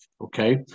okay